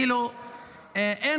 עכשיו יש כאן גם משהו הזוי.